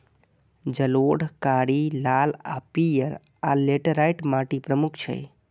जलोढ़, कारी, लाल आ पीयर, आ लेटराइट माटि प्रमुख छै